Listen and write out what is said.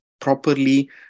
properly